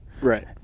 Right